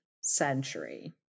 century